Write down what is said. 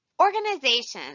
Organizations